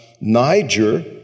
Niger